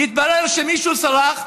יתברר שמישהו סרח,